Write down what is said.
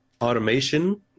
automation